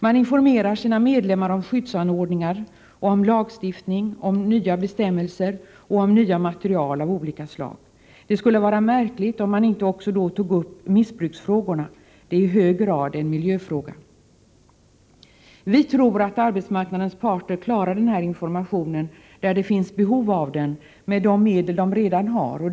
Man informerar sina medlemmar om skyddsanordningar, om lagstiftning, om nya bestämmelser och om nya material av olika slag. Det skulle vara märkligt om man då inte också tog upp missbruksfrågorna. Det är i hög grad en miljöfråga. Vi tror att arbetsmarknadens parter klarar den här informationen där det finns behov av den, med de medel de redan har.